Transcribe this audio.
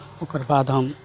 ओकर बाद हम